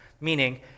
meaning